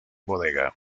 bodega